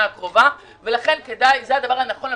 --- יש ברוך הם ראש עיר שדלתו פתוחה לכל משרדי הממשלה